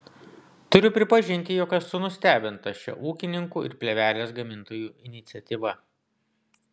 turiu prisipažinti jog esu nustebinta šia ūkininkų ir plėvelės gamintojų iniciatyva